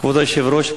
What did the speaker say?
כבוד היושב-ראש,